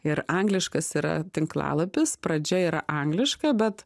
ir angliškas yra tinklalapis pradžia yra angliška bet